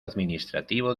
administrativo